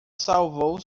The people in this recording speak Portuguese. salvou